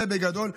זה בגדול.